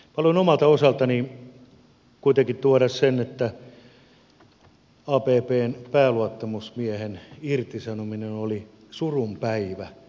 haluan omalta osaltani kuitenkin tuoda sen että abbn pääluottamusmiehen irtisanominen oli surunpäivä paikalliselle sopimiselle